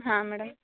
ಹಾಂ ಮೇಡಮ್